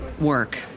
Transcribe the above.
work